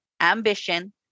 ambition